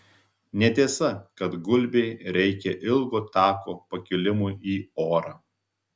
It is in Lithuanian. netiesa kad gulbei reikia ilgo tako pakilimui į orą